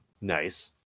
Nice